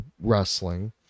wrestling